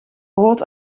brood